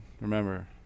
remember